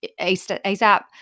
ASAP